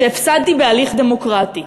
שהפסדתי בהליך דמוקרטי,